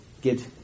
get